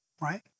right